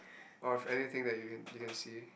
of anything that you can you can see